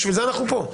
לכן אנחנו כאן,